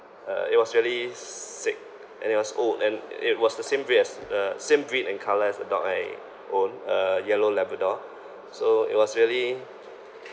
uh it was really s~ sick and it was old and it was the same breed as the same breed and colour as the dog I own a yellow labrador so it was really